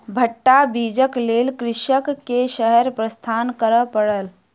भट्टा बीजक लेल कृषक के शहर प्रस्थान करअ पड़ल